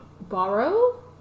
borrow